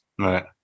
Right